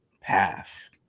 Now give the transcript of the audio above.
path